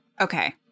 Okay